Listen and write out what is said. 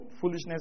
foolishness